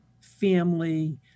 family